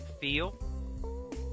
Feel